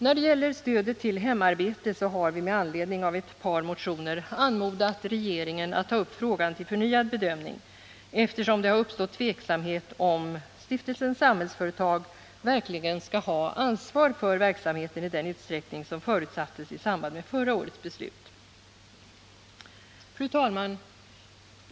När det gäller stödet till hemarbete vill vi med anledning av ett par motioner anmoda regeringen att ta upp frågan till förnyad bedömning, eftersom det har uppstått tveksamhet om Stiftelsen Samhällsföretag verkligen skall ha ansvar för verksamheten i den utsträckning som förutsattes i samband med förra årets beslut. Fru talman!